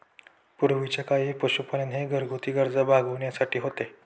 पूर्वीच्या काळी पशुपालन हे घरगुती गरजा भागविण्यासाठी होते